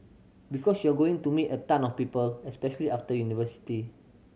because you're going to meet a ton of people especially after university